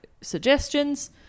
suggestions